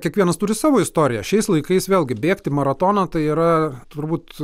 kiekvienas turi savo istoriją šiais laikais vėlgi bėgti maratoną tai yra turbūt